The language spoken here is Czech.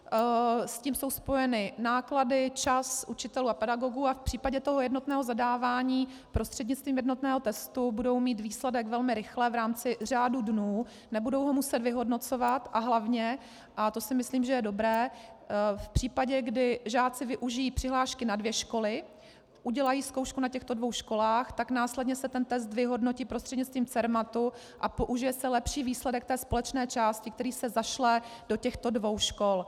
S tím jsou spojeny náklady, čas učitelů a pedagogů a v případě toho jednotného zadávání prostřednictvím jednotného testu budou mít výsledek velmi rychle v rámci řádu dnů, nebudou ho muset vyhodnocovat a hlavně, a to si myslím, že je dobré, v případě, kdy žáci využijí přihlášky na dvě školy, udělají zkoušku na těchto dvou školách, tak následně se ten test vyhodnotí následnictvím Cermatu a použije se lepší výsledek té společné části, který se zašle do těchto dvou škol.